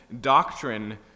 doctrine